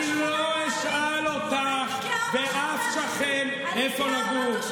אני לא אשאל אותך איפה לגור.